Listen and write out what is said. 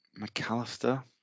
McAllister